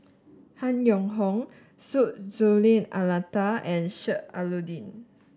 Han Yong Hong Syed Hussein Alatas and Sheik Alau'ddin